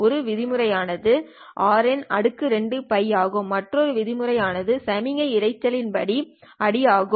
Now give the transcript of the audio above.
ஒரு விதிமுறை ஆனது RN2τ ஆகும் மற்றொரு விதிமுறை ஆனது சமிக்ஞை இரைச்சல்யின் அடி ஆகும்